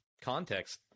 context